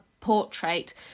portrait